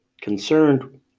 concerned